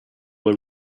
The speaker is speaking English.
were